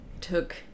took